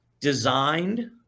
designed